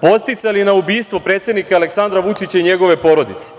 podsticali na ubistvo predsednika Aleksandra Vučića i njegove porodice?